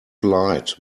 light